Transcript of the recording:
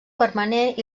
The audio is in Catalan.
permanent